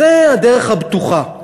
זו הדרך הבטוחה,